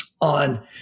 on